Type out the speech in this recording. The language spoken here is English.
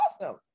awesome